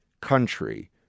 country